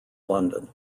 london